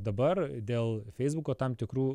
dabar dėl feisbuko tam tikrų